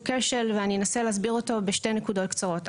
כשל ואני אנסה להסביר אותו בשתי נקודות קצרות.